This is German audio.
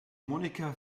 monica